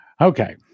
Okay